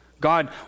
God